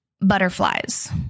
butterflies